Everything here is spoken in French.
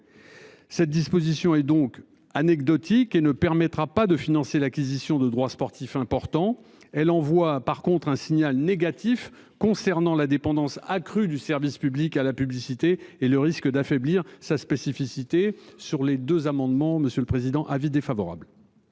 Cette disposition et donc anecdotique et ne permettra pas de financer l'acquisition de droits sportifs importants elle envoie par contre un signal négatif concernant la dépendance accrue du service public à la publicité et le risque d'affaiblir sa spécificité sur les deux amendements. Monsieur le Président, avis défavorable.